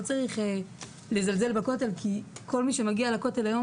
לא צריך לזלזל בכותל כי כל מי שמגיע לכותל היום